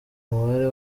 umubare